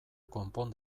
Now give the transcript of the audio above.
konpon